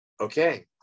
okay